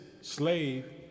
slave